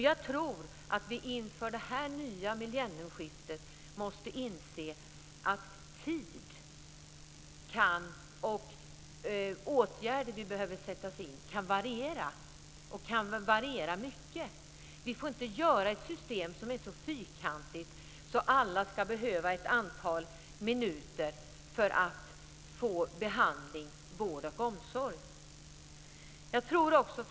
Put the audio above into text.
Jag tror att vi inför det nya millenniet måste inse att den tid och de åtgärder som behöver sättas in kan variera mycket. Vi får inte göra ett system som är så fyrkantigt att alla ska få samma antal minuter för behandling, vård och omsorg. Fru talman!